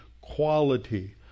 quality